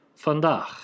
vandaag